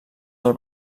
del